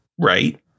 right